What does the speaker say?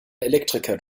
elektriker